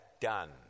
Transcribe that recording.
done